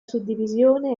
suddivisione